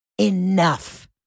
enough